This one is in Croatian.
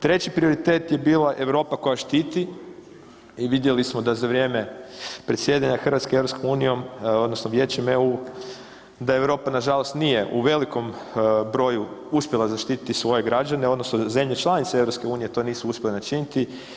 Treći prioritet je bila Europa koja štiti i vidjeli smo za vrijeme predsjedanja Hrvatske EU odnosno Vijećem EU da Europa nažalost nije u velikom broju uspjela zaštiti svoje građana odnosno zemlje članice EU to nisu uspjele načiniti.